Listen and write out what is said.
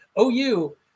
OU